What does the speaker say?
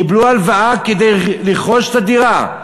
קיבלו הלוואה כדי לרכוש את הדירה,